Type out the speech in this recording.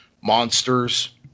Monsters